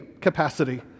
capacity